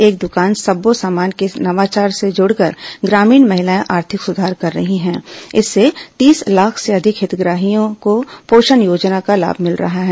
एक दुकान सब्बों सामान के नवाचार से जुड़कर ग्रामीण महिलाएं आर्थिक सुधार कर रही हैं इससे तीस लाख से अधिक हितग्राहियों को पोषण योजनाओं का लाभ मिल रहा है